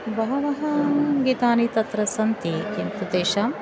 बहवः गीतानि तत्र सन्ति किन्तु तेषां